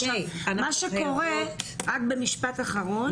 עכשיו רק במשפט אחרון,